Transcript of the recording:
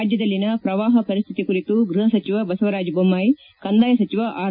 ರಾಜ್ಯದಲ್ಲಿನ ಪ್ರವಾಹ ಪರಿಸ್ಥಿತಿ ಕುರಿತು ಗೃಹ ಸಚಿವ ಬಸವರಾಜಿ ಬೊಮ್ಮಾಯ ಕಂದಾಯ ಸಚಿವ ಆರ್